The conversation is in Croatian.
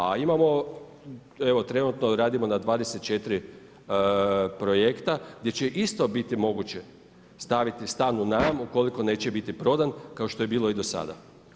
A imamo evo trenutno radimo na 24 projekta gdje će isto biti moguće staviti stan u najam ukoliko neće biti prodan kao što je bilo i do sada.